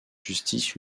justice